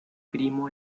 primo